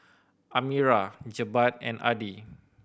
Amirah Jebat and Adi